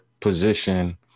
position